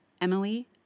Emily